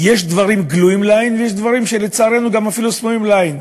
יש דברים גלויים לעין ויש דברים שלצערנו גם סמויים מהעין.